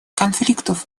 конфликтов